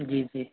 जी जी